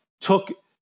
took